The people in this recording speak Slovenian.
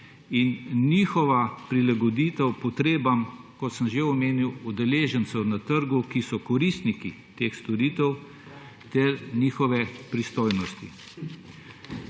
in njihova prilagoditev potrebam, kot sem že omenil, udeležencev na trgu, ki so koristniki teh storitev, ter njihove pristojnosti.